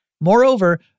Moreover